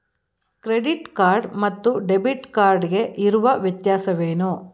Credit card ಮತ್ತು debit card ಗೆ ಇರುವ ವ್ಯತ್ಯಾಸವೇನು?